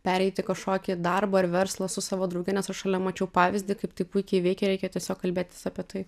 pereit į kažkokį darbą ar verslą su savo drauge nes šalia mačiau pavyzdį kaip tai puikiai veikia reikia tiesiog kalbėtis apie tai